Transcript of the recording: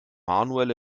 manuel